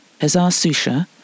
Hazar-Susha